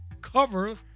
cover